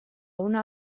una